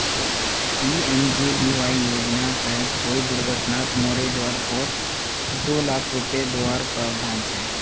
PMJBY योज्नार तहत कोए दुर्घत्नात मोरे जवार पोर दो लाख रुपये दुआर प्रावधान छे